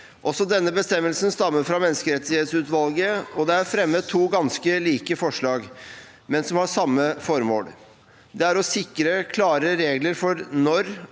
denne bestemmelsen stammer fra menneskerettighetsutvalget, og det er fremmet to ganske like forslag som har samme formål: å sikre klarere regler for når